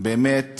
באמת